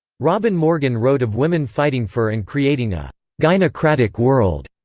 robin morgan wrote of women fighting for and creating a gynocratic world.